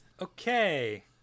Okay